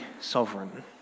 sovereign